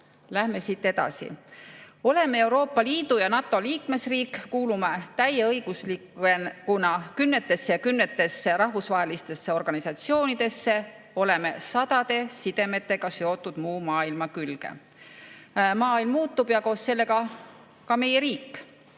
läheme siit edasi. Oleme Euroopa Liidu ja NATO liikmesriik, kuulume täieõiguslikuna kümnetesse ja kümnetesse rahvusvahelistesse organisatsioonidesse, oleme sadade sidemetega seotud muu maailma külge. Maailm muutub ja koos sellega ka meie riik.